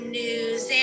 news